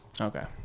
Okay